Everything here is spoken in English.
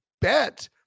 bet